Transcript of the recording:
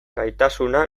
gaitasuna